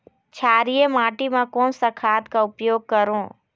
क्षारीय माटी मा कोन सा खाद का उपयोग करों?